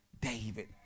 David